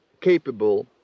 capable